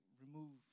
remove